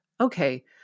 okay